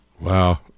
Wow